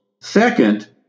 Second